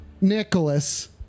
Nicholas